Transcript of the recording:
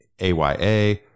AYA